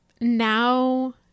now